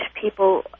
people